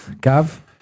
Gav